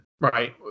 right